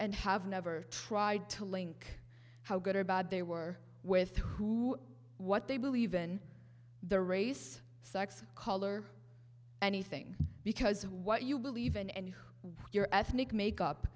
and have never tried to link how good or bad they were with who what they believe in the race sex color or anything because what you believe and what your ethnic make up